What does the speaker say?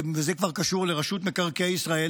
וזה כבר קשור לרשות מקרקעי ישראל,